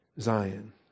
Zion